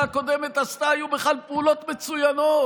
הקודמת עשתה היה בכלל פעולות מצוינות?